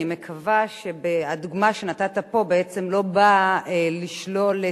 אני מקווה שהדוגמה שנתת פה בעצם לא באה לשלול,